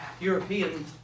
European